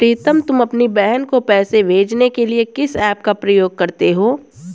प्रीतम तुम अपनी बहन को पैसे भेजने के लिए किस ऐप का प्रयोग करते हो?